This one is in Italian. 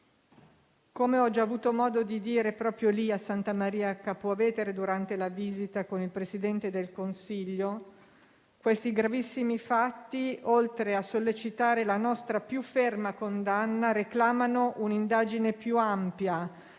Come ho già avuto modo di dire proprio lì a Santa Maria Capua Vetere, durante la visita con il Presidente del Consiglio, questi gravissimi fatti, oltre a sollecitare la nostra più ferma condanna, reclamano un'indagine più ampia,